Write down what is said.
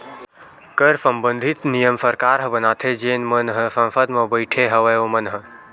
कर संबंधित नियम सरकार ह बनाथे जेन मन ह संसद म बइठे हवय ओमन ह